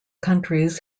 countries